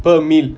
per meal